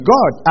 God